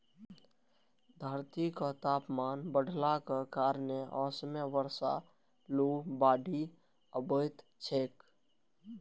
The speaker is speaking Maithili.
धरतीक तापमान बढ़लाक कारणें असमय बर्षा, लू, बाढ़ि अबैत छैक